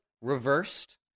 reversed